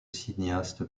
cinéaste